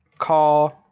call